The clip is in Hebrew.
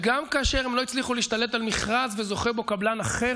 וגם כאשר הם לא הצליחו להשתלט על מכרז וזוכה בו קבלן אחר,